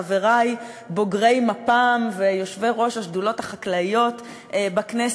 חברי בוגרי מפ"ם ויושבי-ראש השדולות החברתיות בכנסת.